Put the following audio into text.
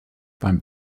beim